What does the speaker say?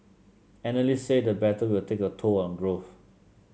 analysts say the battle will take a toll on growth